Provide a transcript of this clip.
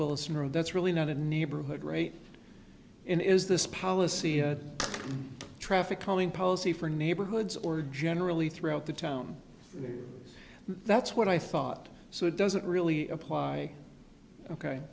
assume that's really not a neighborhood right in is this policy had traffic calming policy for neighborhoods or generally throughout the town that's what i thought so it doesn't really apply ok